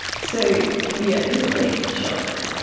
so yes, disbelief, shock,